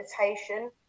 meditation